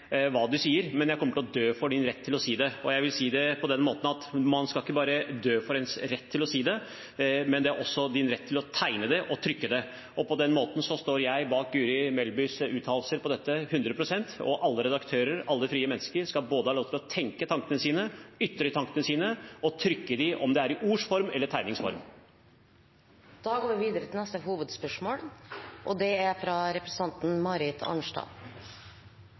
du sier, men vil til min død forsvare din rett til å si det.» Jeg vil si det på denne måten: Man skal ikke bare dø for ens rett til å si det, men det er også din rett til å tegne det og trykke det. På den måten står jeg 100 pst. bak Guri Melbys uttalelser om dette. Alle redaktører og alle frie mennesker skal både ha lov til å tenke tankene sine, ytre tankene sine og trykke dem – om det er i ords form eller i tegnings form. Vi går videre til neste hovedspørsmål. Mitt spørsmål går til kommunal- og